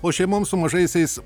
o šeimoms su mažaisiais